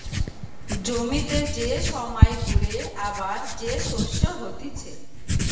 জমিতে যে সময় ঘুরে আবার যে শস্য হতিছে